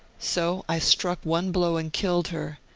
so i struck one blow and killed her,